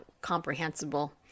comprehensible